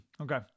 Okay